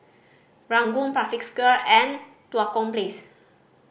Ranggung Parkview Square and Tua Kong Place